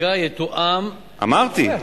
החקיקה יתואם, אמרתי.